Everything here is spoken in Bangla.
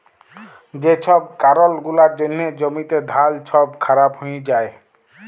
যে ছব কারল গুলার জ্যনহে জ্যমিতে ধাল ছব খারাপ হঁয়ে যায়